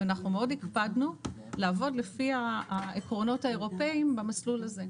אנחנו מאוד הקפדנו לעבוד לפי העקרונות האירופאים במסלול הזה.